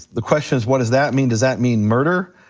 the question is what does that mean, does that mean murder?